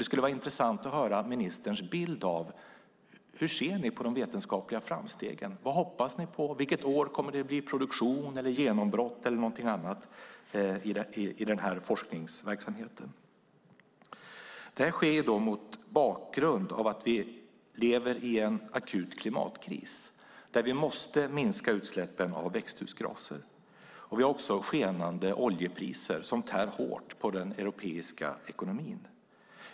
Det skulle vara intressant att höra ministerns bild av hur man ser på de vetenskapliga framstegen. Vad hoppas ni på, ministern? Vilket år kommer det att bli produktion, genombrott eller någonting annat i denna forskningsverksamhet? Detta sker mot bakgrund av att vi lever i en akut klimatkris där vi måste minska utsläppen av växthusgaser. Vi har också skenande oljepriser som tär hårt på den europeiska ekonomin.